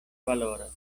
valoras